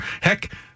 Heck